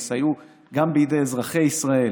שגם יסייעו גם בידי אזרחי ישראל